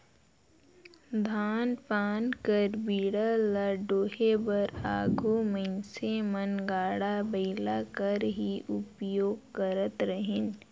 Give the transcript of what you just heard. धान पान कर बीड़ा ल डोहे बर आघु मइनसे मन गाड़ा बइला कर ही उपियोग करत रहिन